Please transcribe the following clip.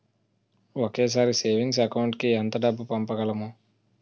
ఒకేసారి savings account కి ఎంత డబ్బు పంపించగలము?